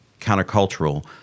countercultural